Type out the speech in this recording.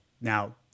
now